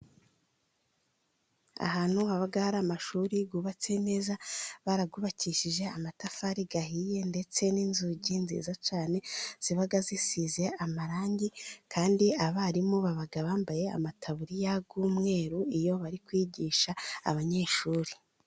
Ahantu haba amashuri bubatse neza barayubakishije amatafari ahiye, ndetse n'inzugi nziza cyane ziba zisize amarangi. Kandi abarimu baba bambaye amatabuririya y'umweru, iyo bari kwigisha abanyeshuri.